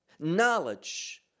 knowledge